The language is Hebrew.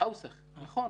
נכון.